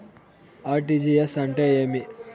RTGS అంటే ఏమి